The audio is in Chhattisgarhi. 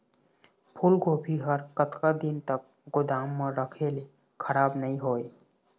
फूलगोभी हर कतका दिन तक गोदाम म रखे ले खराब नई होय?